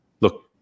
look